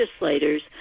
legislators